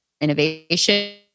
Innovation